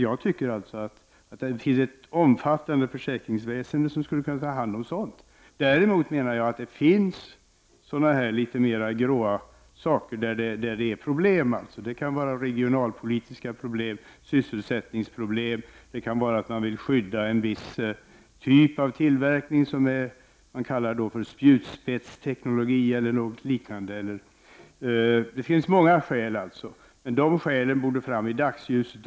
Jag anser att det finns ett omfattande försäkringsväsende som skulle kunna ta hand om sådant. Däremot finns det en del områden som är litet gråare. Det kan handla om regionalpolitiska problem eller sysselsättningsproblem. Det kan även handla om att man vill skydda en viss typ av tillverkning, som man kallar spjutspetsteknologi eller något liknande. Det finns alltså många skäl. Men dessa skäl borde tas fram i dagsljuset.